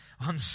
on